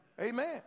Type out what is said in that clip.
Amen